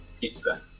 pizza